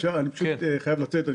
אני חייב לצאת,